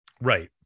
Right